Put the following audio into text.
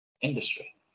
industry